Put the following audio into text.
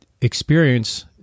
experience